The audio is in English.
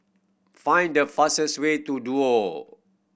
find the fastest way to Duo